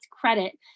credit